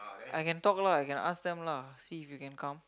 I can talk lah I can ask them lah see if you can come